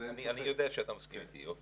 אני יודע שאתה מסכים איתי, עפר.